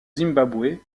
zimbabwe